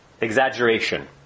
exaggeration